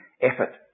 effort